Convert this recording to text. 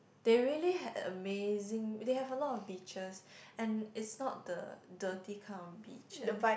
they really had amazing they have a lot of beaches and it's not the dirty kind of beaches